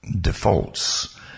defaults